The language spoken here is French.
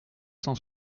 cent